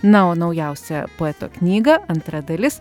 na o naujausia poeto knygą antra dalis